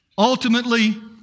Ultimately